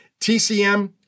TCM